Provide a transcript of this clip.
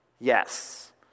Yes